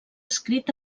escrit